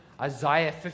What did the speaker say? Isaiah